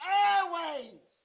airways